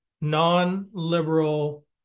non-liberal